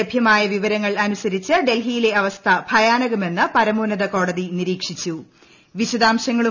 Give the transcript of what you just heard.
ലഭ്യമായ വിവരങ്ങൾ അനുസരിച്ച് ഡൽഹിയിലെ അവസ്ഥ ഭയാനകമെന്ന് പരമോന്നത കോടതി നിരീക്ഷിച്ചു